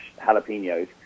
jalapenos